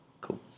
Cool